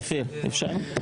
אופיר, אפשר?